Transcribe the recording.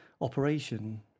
operation